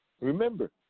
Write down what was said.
Remember